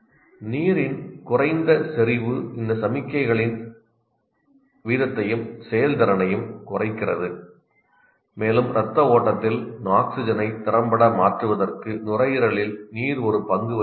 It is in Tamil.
நீரின் குறைந்த செறிவு இந்த சமிக்ஞைகளின் வீதத்தையும் செயல்திறனையும் குறைக்கிறது மேலும் இரத்த ஓட்டத்தில் ஆக்ஸிஜனை திறம்பட மாற்றுவதற்கு நுரையீரலில் நீர் ஒரு பங்கு வகிக்கிறது